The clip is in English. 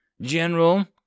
General